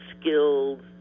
skilled